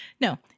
no